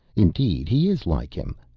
indeed he is like him.